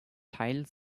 teil